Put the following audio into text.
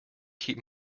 keep